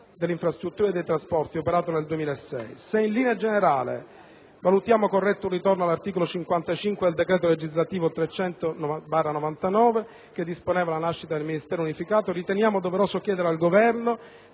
delle infrastrutture e dei trasporti operato nel 2006. Se, in linea generale, valutiamo corretto un ritorno all'articolo 55 del decreto-legislativo n. 300 del 1999, che disponeva la nascita del Ministero unificato, riteniamo doveroso chiedere al Governo